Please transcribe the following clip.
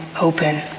open